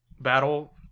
battle